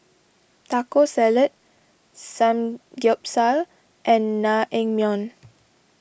Taco Salad Samgeyopsal and Naengmyeon